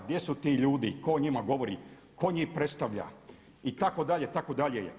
Gdje su ti ljudi, tko o njima govori, tko njih predstavlja itd., itd.